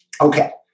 Okay